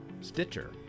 Stitcher